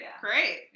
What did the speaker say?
Great